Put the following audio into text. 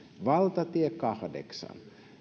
valtatie kahdeksan